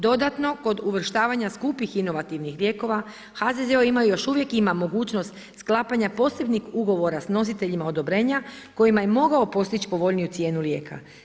Dodatno, kod uvrštavanja skupih inovativnih lijekova HZZO ima, još uvijek ima mogućnost sklapanja posebnih ugovora sa nositeljima odobrenja s kojima je mogao postići povoljniju cijenu lijeka.